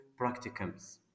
practicums